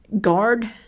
guard